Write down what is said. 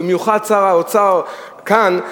במיוחד שר האוצר כאן,